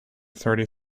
thirty